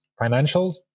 financials